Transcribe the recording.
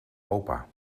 opa